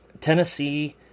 Tennessee